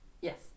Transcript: Yes